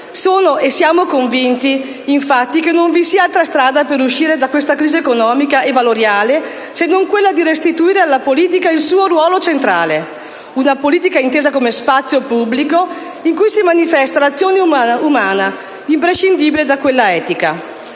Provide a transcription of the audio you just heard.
Sono e siamo convinti, infatti, che non vi sia altra strada per uscire da questa crisi economica e valoriale, se non quella di restituire alla politica il suo ruolo centrale: una politica intesa come spazio pubblico in cui si manifesta l'azione umana, imprescindibile dall'etica.